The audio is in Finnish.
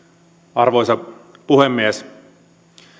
arvoisa puhemies